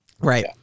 Right